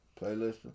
Playlist